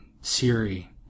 Siri